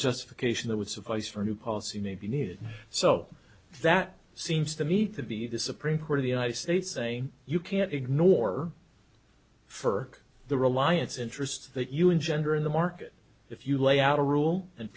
justification that would suffice for a new policy may be needed so that seems to me to be the supreme court of the united states saying you can't ignore for the reliance interest that you engender in the market if you lay out a rule and